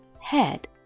head